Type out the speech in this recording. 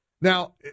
Now